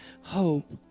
Hope